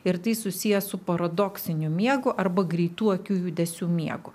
ir tai susiję su paradoksiniu miegu arba greitų akių judesių miegu